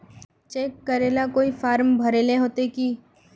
Cheque करेला कोई form भरेले होते की?